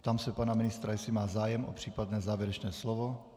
Ptám se pana ministra, jestli má zájem o případné závěrečné slovo.